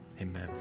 amen